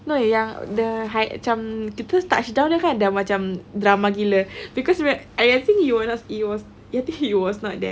no yang the high macam kita terus touchdown jer kan dah macam drama gila because I I think you were not you was you was not there